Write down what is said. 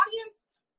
audience